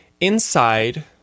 Inside